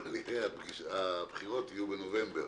הבחירות יהיו בנובמבר.